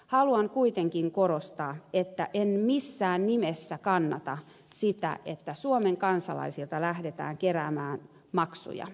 haluan kuitenkin korostaa että en missään nimessä kannata sitä että suomen kansalaisilta lähdetään keräämään maksuja